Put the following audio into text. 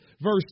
verse